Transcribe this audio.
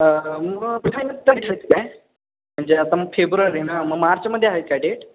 काय म्हणजे आता मग फेब्रुवारी ना मग मार्चमध्ये आहेत का डेट